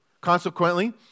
Consequently